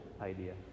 idea